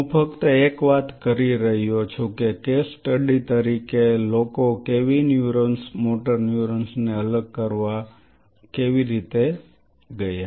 હું ફક્ત એક વાત કહી રહ્યો છું કેસ સ્ટડી તરીકે કે લોકો કેવી ન્યુરોન્સ મોટર ન્યુરોન્સને અલગ કરવામાં કેવી રીતે ગયા